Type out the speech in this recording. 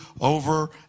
over